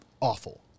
awful